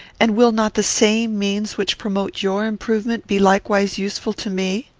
and will not the same means which promote your improvement be likewise useful to me?